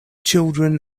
children